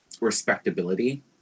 respectability